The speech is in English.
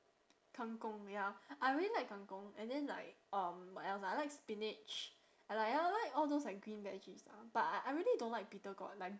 kang-kong ya I really like kang-kong and then like um what else ah I like spinach I like I like all those like green veggies ah but I I really don't like bitter gourd like